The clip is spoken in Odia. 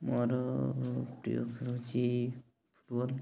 ମୋର ପ୍ରିୟ ଖେଳ ହେଉଛି ଫୁଟବଲ୍